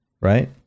right